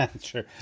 sure